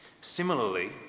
Similarly